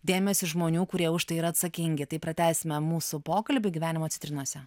dėmesį žmonių kurie už tai yra atsakingi tai pratęsime mūsų pokalbį gyvenimo citrinose